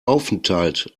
aufenthalt